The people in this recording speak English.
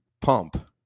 pump